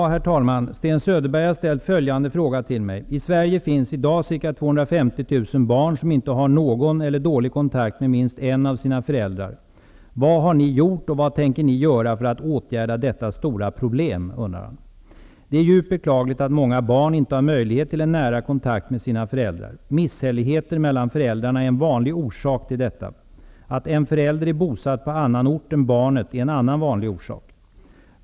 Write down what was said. Herr talman! Sten Söderberg har ställt följande fråga till mig. I Sverige finns i dag ca 250 000 barn som inte har någon eller dålig kontakt med minst en av sina föräldrar. Han undrar vad regeringen har gjort och vad vi tänker göra för att åtgärda detta stora problem. Det är djupt beklagligt att många barn inte har möjlighet till en nära kontakt med sina föräldrar. Misshälligheter mellan föräldrarna är en vanlig orsak till detta. Att en förälder är bosatt på annan ort än barnet är en annan vanlig orsak.